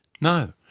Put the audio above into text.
No